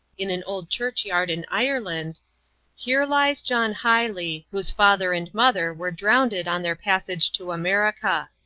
in an old church-yard in ireland here lies john highley whose father and mother were drownded on their passage to america.